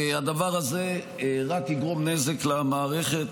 הדבר הזה רק יגרום נזק למערכת,